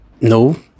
no